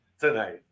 tonight